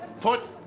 Put